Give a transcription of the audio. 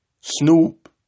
Snoop